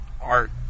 art